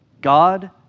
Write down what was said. God